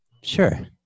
Sure